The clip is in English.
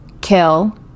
kill